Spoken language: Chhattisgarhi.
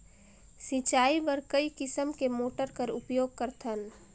सिंचाई बर कई किसम के मोटर कर उपयोग करथन?